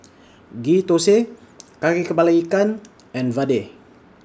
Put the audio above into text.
Ghee Thosai Kari Kepala Ikan and Vadai